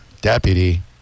deputy